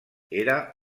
era